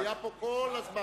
הוא היה פה כל הזמן.